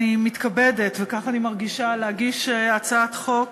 אני מתכבדת, וכך אני מרגישה, להגיש הצעת חוק